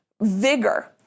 vigor